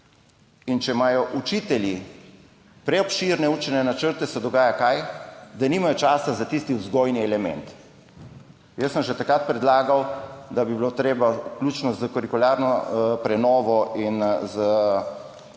In če imajo učitelji preobširne učne načrte, se dogaja – kaj? Da nimajo časa za tisti vzgojni element. Jaz sem že takrat predlagal, da bi bilo treba vključno s kurikularno prenovo in s prenovo